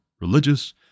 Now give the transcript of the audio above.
religious